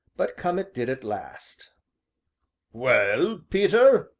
but come it did at last well, peter?